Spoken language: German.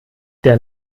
der